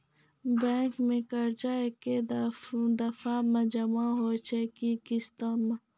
Bank के कर्जा ऐकै दफ़ा मे जमा होय छै कि किस्तो मे?